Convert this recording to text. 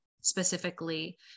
specifically